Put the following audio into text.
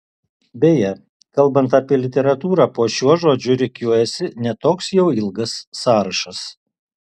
beje kalbant apie literatūrą po šiuo žodžiu rikiuojasi ne toks jau ilgas sąrašas